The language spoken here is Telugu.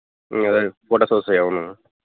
అదే ఫొటోస్ వస్తాయి అవునా